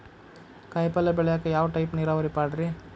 ಕಾಯಿಪಲ್ಯ ಬೆಳಿಯಾಕ ಯಾವ ಟೈಪ್ ನೇರಾವರಿ ಪಾಡ್ರೇ?